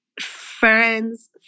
friends